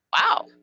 Wow